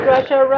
Russia